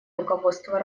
руководство